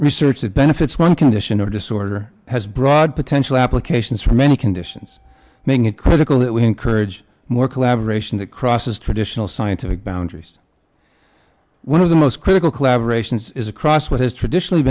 research that benefits one condition or disorder has broad potential applications for many conditions making it critical that we encourage more collaboration that crosses traditional scientific boundaries one of the most critical collaboration is across what has traditionally